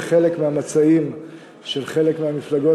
בחלק מהמצעים של חלק מהמפלגות,